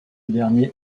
dernier